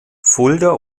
fulda